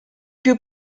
più